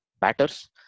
batters